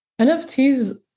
NFTs